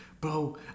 bro